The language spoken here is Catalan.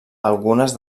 algunes